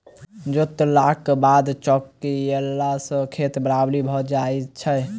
जोतलाक बाद चौकियेला सॅ खेत बराबरि भ जाइत छै